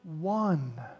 one